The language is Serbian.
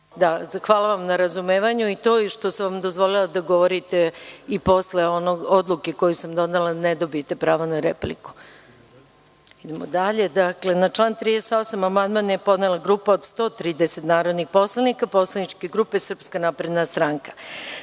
Hvala vam na razumevanju i što sam vam dozvolila da govorite i posle one odluke koju sam donela da ne dobijete pravo na repliku. Na član 38. amandman je podnela grupa od 130 narodnih poslanika poslaničke grupe SNS.Predlagač